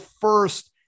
first